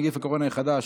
נגיף הקורונה החדש)